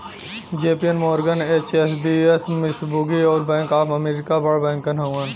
JP Morgan, HSBC, Mitsubishi, अउर bank of America बड़ बैंक हउवन